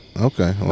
Okay